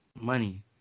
money